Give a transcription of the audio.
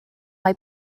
mae